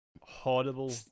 horrible